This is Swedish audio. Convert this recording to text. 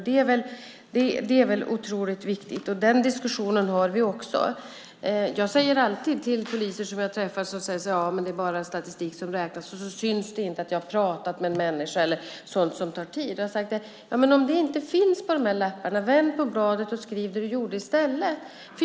Det är otroligt viktigt. Den diskussionen har vi också. Jag har träffat poliser som säger att det bara är statistiken som räknas och att det inte syns när man till exempel pratar med någon människa eller gjort något annat som tar tid. Då har jag sagt att om det inte går att markera sådant på rapportlapparna, så vänd på bladet och skriv det du gjorde.